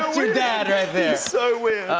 your dad right there. so weird.